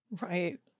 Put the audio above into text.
Right